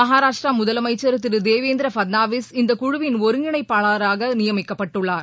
மகாராஷ்டிரா முதலமைச்ச் திரு தேவேந்திர பட்னவிஸ் இந்த குழுவின் ஒருங்கிணைப்பாளராக நியமிக்கப்பட்டுள்ளார்